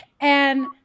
And-